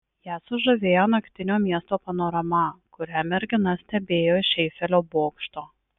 ją sužavėjo naktinio miesto panorama kurią mergina stebėjo iš eifelio bokšto